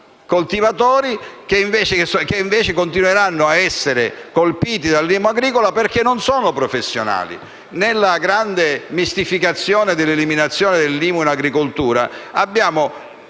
coltivatori che, invece, continueranno ad essere colpiti dall'IMU agricola perché non sono professionali. Infatti, nella grande mistificazione dell'eliminazione dell'IMU in agricoltura abbiamo